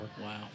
Wow